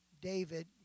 David